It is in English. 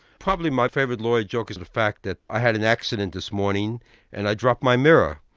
probably my favourite lawyer joke is the fact that i had an accident this morning and i dropped my mirror.